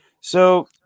So-